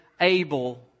able